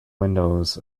windows